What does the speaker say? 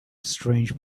strange